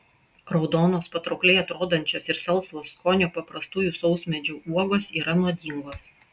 raudonos patraukliai atrodančios ir salsvo skonio paprastųjų sausmedžių uogos yra nuodingos